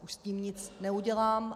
Už s tím nic neudělám.